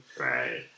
Right